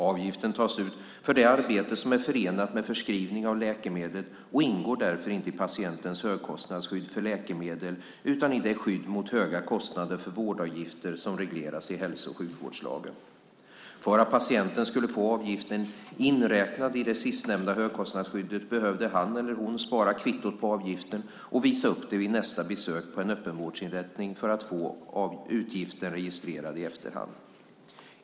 Avgiften tas ut för det arbete som är förenat med förskrivningen av läkemedel och ingår därför inte i patientens högkostnadsskydd för läkemedel utan i det skydd mot höga kostnader för vårdavgifter som regleras i hälso och sjukvårdslagen. För att patienten skulle få avgiften inräknad i det sistnämnda högkostnadsskyddet behövde han eller hon spara kvittot på avgiften och visa upp det vid nästa besök på en öppenvårdsinrättning för att få utgiften registrerad i efterhand.